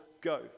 go